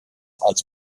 als